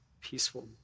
peaceful